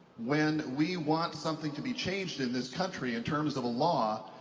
when we want something to be changed in this country in terms of a law,